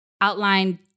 outlined